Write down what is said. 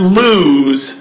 lose